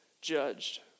judged